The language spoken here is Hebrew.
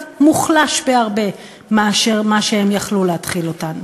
מוחלש בהרבה ממה שהיו יכולים להתחיל אותם.